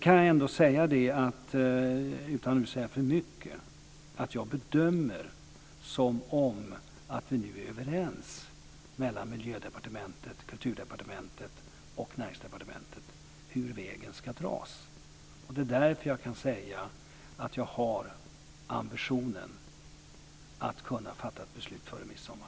Utan att säga för mycket kan jag säga att jag bedömer det som att vi är överens mellan Miljödepartementet, Kulturdepartementet och Näringsdepartementet om hur vägen ska dras. Det är därför jag kan säga att jag har ambitionen att fatta ett beslut före midsommar.